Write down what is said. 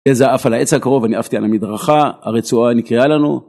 גזע עף על העץ הקרוב, אני עפתי על המדרכה, הרצועה נקרעה לנו.